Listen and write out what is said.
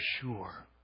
sure